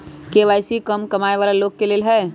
KYC का कम कमाये वाला लोग के लेल है?